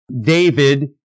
David